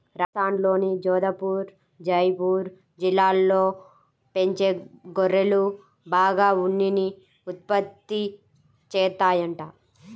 రాజస్థాన్లోని జోధపుర్, జైపూర్ జిల్లాల్లో పెంచే గొర్రెలు బాగా ఉన్నిని ఉత్పత్తి చేత్తాయంట